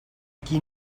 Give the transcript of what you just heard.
qui